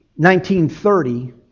1930